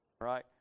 Right